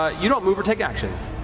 ah you don't move or take actions.